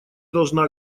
должна